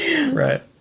right